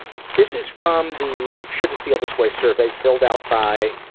this is from the shouldn't feel this way survey, filled out by